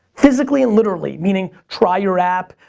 physically and literally, meaning try your app,